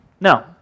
No